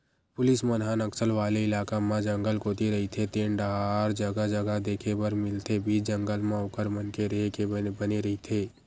police मन ह नक्सल वाले इलाका म जंगल कोती रहिते तेन डाहर जगा जगा देखे बर मिलथे बीच जंगल म ओखर मन के रेहे के बने रहिथे